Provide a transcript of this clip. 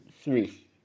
three